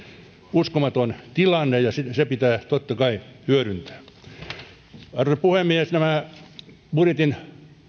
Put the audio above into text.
uskomaton tilanne ja se pitää totta kai hyödyntää arvoisa puhemies budjetin